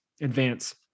advance